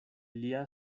lia